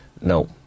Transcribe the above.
No